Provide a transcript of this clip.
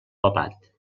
papat